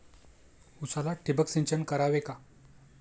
उसाला ठिबक सिंचन करावे का?